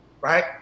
Right